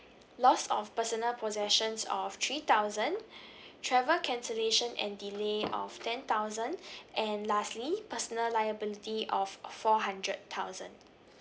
loss of personal possessions of three thousand travel cancellation and delay of ten thousand and lastly personal liability of of four hundred thousand